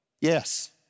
Yes